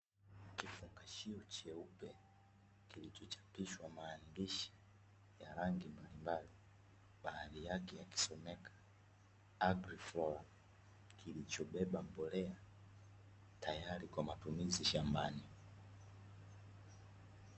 Kifungashio cheupe kilichochapishwa maandishi ya rangi mbalimbali baadhi yake yakisomeka"AGRI FLORA" kilichobeba mbolea tayari kwa matumizi shambani.